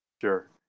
Sure